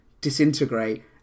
disintegrate